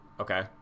Okay